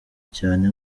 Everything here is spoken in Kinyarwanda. cyane